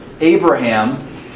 Abraham